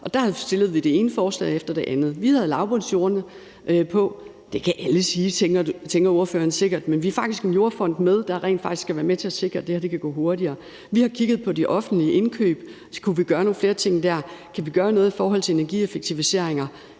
og vi stillede det ene forslag efter det andet, også om lavbundsjorderne. Det kan alle sige, tænker ordføreren sikkert. Men vi har faktisk et forslag om en jordfond med, der rent faktisk skal være med til at sikre, at det her kan gå hurtigere. Vi har kigget på de offentlige indkøb, og om vi der skulle gøre nogle flere ting. Kan vi gøre noget i forhold til energieffektiviseringer?